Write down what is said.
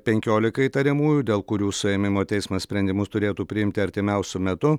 penkiolika įtariamųjų dėl kurių suėmimo teismas sprendimus turėtų priimti artimiausiu metu